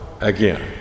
again